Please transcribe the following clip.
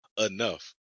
enough